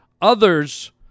others